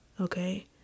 Okay